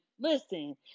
Listen